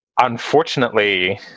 unfortunately